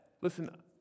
Listen